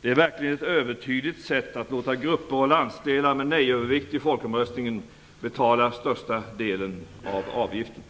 Det är verkligen ett övertydligt sätt att låta grupper och landsdelar med nej-övervikt i folkomröstningen betala den största delen av avgiften.